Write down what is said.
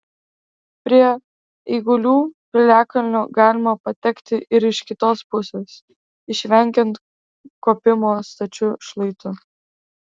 prie eigulių piliakalnio galima patekti ir iš kitos pusės išvengiant kopimo stačiu šlaitu